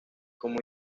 como